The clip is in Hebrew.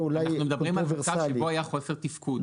מדברים על מצב שבו היה חוסר תפקוד.